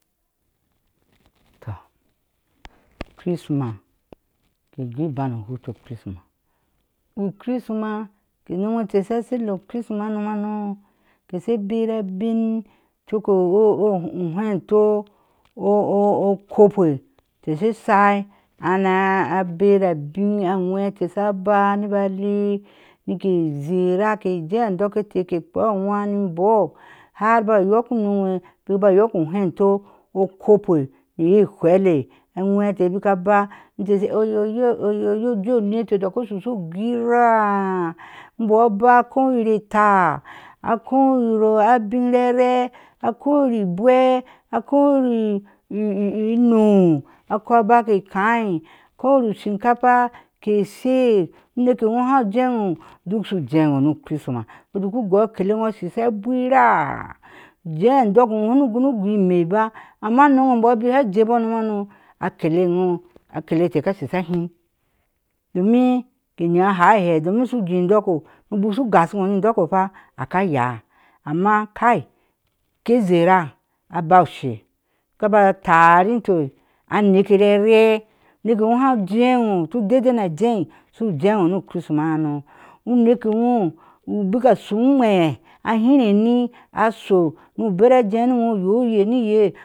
Tɔ uchinmas ke goo iban o hutu o chirma u chrima inom ate he she lea o chrisma unonhano ke sha bar a bin cona ohento ukoupe ke she shai ana abrabin a ŋwele sha aba ni ba lea nike zara ke je adɔkete ke kpea awee ni imbɔɔ har ba yokinomwebk ba yak uhento ukowkpe na owhele, aŋwete bik aba a jek oyoyo oyoyo le anite otic o shu gwira a a imbɔɔ aba a ko wiyir at ɛɛ akoweyir abin reree a kweyir igwe akowinin ino ako aba ke kai, a kowiyir ushinkafa kesheak uneke e inyo haa jewo duk shu jéwo no chrisma, ke duc u gou akele awo a gwira je cidokɔ shunu gonu goo imɛɛ ba, amma unome imbɔɔ shi sha jee bɔɔ unom hano akele inyo a kele ela ka shi sha hiŋ domin ke naa ha ihee domin shu je idɔɔkɔɔ ubik shɔɔ gashiwɔɔ ni indɔɔkɔɔ fa a ka yaa, amma kai ke zera a bai a oshe ka ba tara inte a neke raroa unekee ewo ha jewo du dadai na jee shi jewo nu chrismas hano uneke woo u bik a shou uere a bira anee ashoo nu bu bara ajee ni i woo ye o ye ni iye